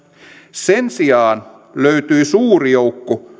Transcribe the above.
sen sijaan löytyi suuri joukko